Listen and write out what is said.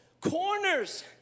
corners